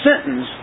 sentence